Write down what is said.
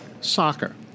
soccer